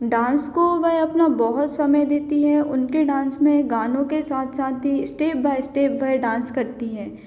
dance को वह अपना बहुत समय देती हैं उनके डांस में गानों के साथ साथ ही स्टेप बाय स्टेप वह डांस करती हैं